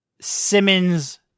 Simmons